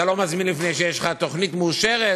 אתה לא מזמין לפני שיש לך תוכנית מאושרת,